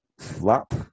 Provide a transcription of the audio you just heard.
flop